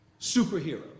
superhero